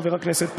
חבר הכנסת פרץ,